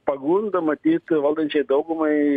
pagunda matyt valdančiai daugumai